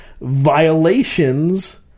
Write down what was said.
violations